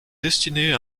destinées